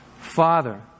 Father